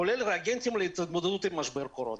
כולל ריאגנטים להתמודדות עם משבר הקורונה.